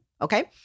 Okay